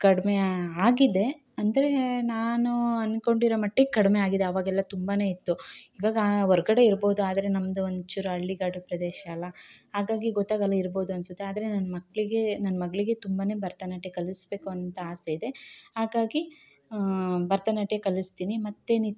ಕಡಿಮೆ ಆಗಿದೆ ಅಂದರೆ ನಾನು ಅಂದ್ಕೊಂಡಿರೋ ಮಟ್ಟಿಗೆ ಕಡಿಮೆ ಆಗಿದೆ ಆವಾಗೆಲ್ಲ ತುಂಬಾನೆ ಇತ್ತು ಇವಾಗ ಹೊರ್ಗಡೆ ಇರಬೋದು ಆದರೆ ನಮ್ದು ಒಂದುಚೂರು ಹಳ್ಳಿಗಾಡು ಪ್ರದೇಶ ಅಲ್ಲ ಹಾಗಾಗಿ ಗೊತ್ತಾಗೋಲ್ಲ ಇರಬೋದು ಅನಿಸುತ್ತೆ ಆದರೆ ನನ್ನ ಮಕ್ಕಳಿಗೆ ನನ್ನ ಮಗಳಿಗೆ ತುಂಬನೇ ಭರತನಾಟ್ಯ ಕಲಿಸ್ಬೇಕು ಅಂತ ಆಸೆ ಇದೆ ಹಾಗಾಗಿ ಭರತನಾಟ್ಯ ಕಲಿಸ್ತೀನಿ ಮತ್ತೆನಿತ್ಯ